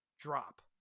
drop